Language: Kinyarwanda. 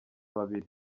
babiri